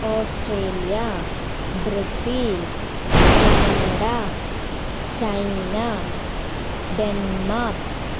Australia Brazil Canada China Denmark